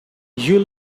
you